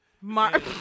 Mark